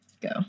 go